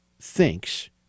thinks